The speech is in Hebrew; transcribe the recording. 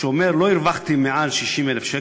גברתי היושבת-ראש, רבותי חברי הכנסת, הצעת החוק